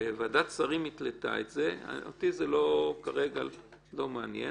ועדת שרים התלתה את זה, אותי כרגע זה לא מעניין.